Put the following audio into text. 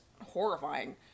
horrifying